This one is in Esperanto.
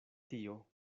tio